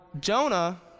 Jonah